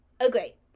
okay